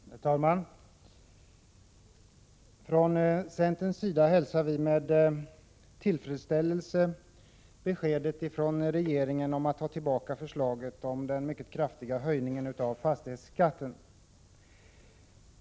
Herr talman! Från centerns sida hälsar vi med tillfredsställelse beskedet från regeringen om ett tillbakadragande av förslaget om den mycket kraftiga höjningen av fastighetsskatten.